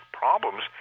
problems